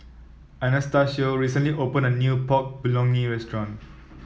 Anastacio recently opened a new Pork Bulgogi Restaurant